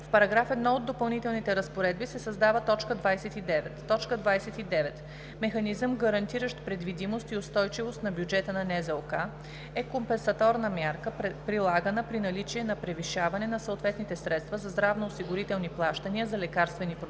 В § 1 от допълнителните разпоредби се създава т. 29: „29. „Механизъм, гарантиращ предвидимост и устойчивост на бюджета на НЗОК“ е компенсаторна мярка, прилагана при наличие на превишаване на съответните средства за здравноосигурителни плащания за лекарствени продукти,